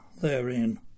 therein